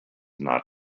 not